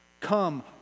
Come